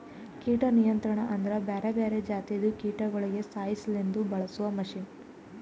ಕೀಟ ನಿಯಂತ್ರಣ ಅಂದುರ್ ಬ್ಯಾರೆ ಬ್ಯಾರೆ ಜಾತಿದು ಕೀಟಗೊಳಿಗ್ ಸಾಯಿಸಾಸಲೆಂದ್ ಬಳಸ ಮಷೀನ್